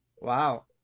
Wow